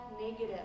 negative